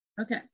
Okay